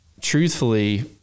truthfully